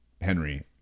Henry